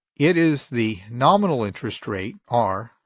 it is the nominal interest rate, r,